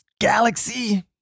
galaxy